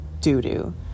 doo-doo